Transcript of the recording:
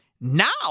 Now